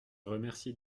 remercie